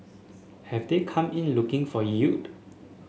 have they come in looking for yield